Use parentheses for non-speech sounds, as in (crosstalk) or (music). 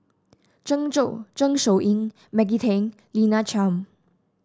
(unintelligible) Zeng Shouyin Maggie Teng Lina Chiam